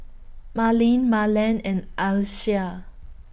Marlene Marland and Alysha